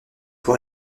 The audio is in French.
pour